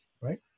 right